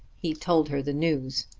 he told her the news.